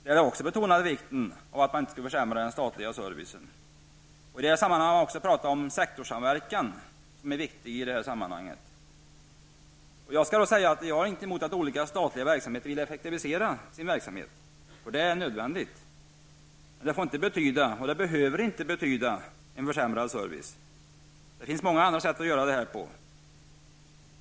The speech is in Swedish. Där betonades också vikten av att inte försämra den statliga servicen. I det sammanhanget talades också om sektorssamverkan, som är viktig. Jag har inget emot att olika statliga verksamheter vill göra effektiviseringar. Det är nödvändigt. Men det får inte betyda och det behöver inte betyda en försämrad service. Det finns många andra sätt att göra detta på.